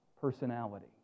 personality